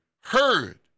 heard